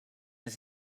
his